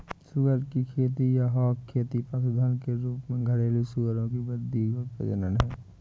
सुअर की खेती या हॉग खेती पशुधन के रूप में घरेलू सूअरों की वृद्धि और प्रजनन है